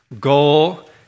goal